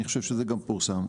אני חושב שזה גם פורסם,